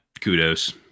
kudos